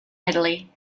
italy